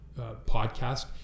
podcast